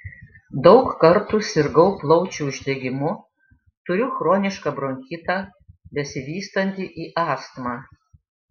daug kartų sirgau plaučių uždegimu turiu chronišką bronchitą besivystantį į astmą